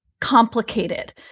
complicated